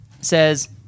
says